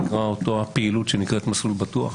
פעילות שנקראת מסלול בטוח.